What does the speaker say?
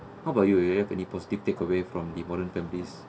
how about you do you have any positive takeaway from modern families